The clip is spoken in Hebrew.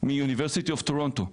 מאוניברסיטת טורונטו,